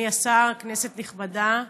אדוני השר, כנסת נכבדה,